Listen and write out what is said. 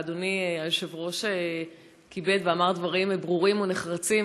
ואדוני היושב-ראש כיבד ואמר דברים ברורים ונחרצים.